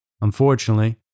Unfortunately